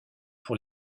pour